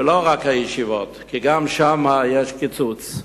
ולא רק הישיבות, כי גם שם יש קיצוץ.